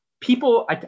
people